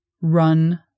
Run